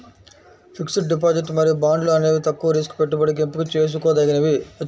fixed deposit మరియు బాండ్లు అనేవి తక్కువ రిస్క్ పెట్టుబడికి ఎంపిక చేసుకోదగినవి